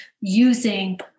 using